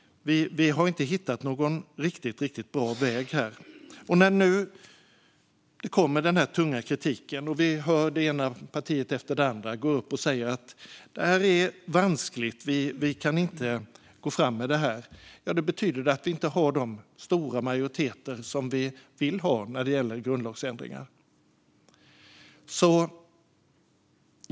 Vi har inte hittat någon riktigt bra väg här. När nu denna tunga kritik kommer och vi hör det ena partiet efter det andra gå upp och säga att detta är vanskligt och att vi inte kan gå fram med det, ja, då betyder det att vi inte har den stora majoritet som vi vill ha när det gäller grundlagsändringar.